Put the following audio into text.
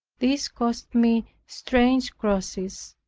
this cost me strange crosses,